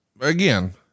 Again